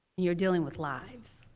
you're dealing with lives.